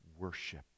Worship